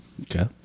Okay